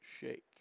shake